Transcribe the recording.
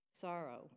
sorrow